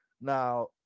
Now